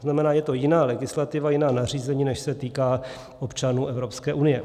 To znamená, je to jiná legislativa, jiná nařízení, než se týká občanů Evropské unie.